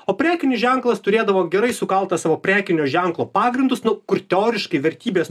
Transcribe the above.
o prekinis ženklas turėdavo gerai sukaltą savo prekinio ženklo pagrindus nu kur teoriškai vertybės